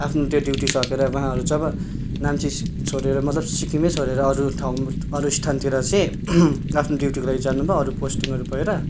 आफ्नो त्यो ड्युटी सकेर उहाँहरू जब नाम्ची छोडेर मतलब सिक्किमै छोडेर अरू ठाउँ अरू स्थानतिर चाहिँ आफ्नो ड्युटीको लागि जानुभयो अरू पोस्टिङहरू भएर